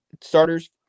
starters